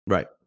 Right